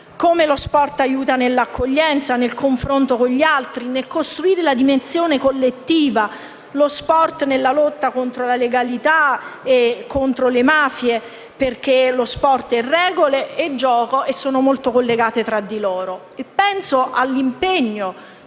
come lo sport aiuti nell'accoglienza, nel confronto con gli altri, nel costruire la dimensione collettiva. Lo sport aiuta nella lotta contro l'illegalità e contro le mafie, perché lo sport è regole e gioco e i due aspetti sono molto collegati tra di loro.